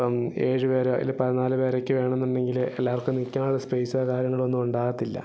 ഇപ്പം ഏഴുപേരായാലും പതിനാല് പേരൊക്കെ വേണം എന്നുണ്ടെങ്കിൽ എല്ലാവർക്കും നിൽക്കാനുള്ള സ്പേസോ കാര്യങ്ങളോ ഒന്നും ഉണ്ടാവത്തില്ല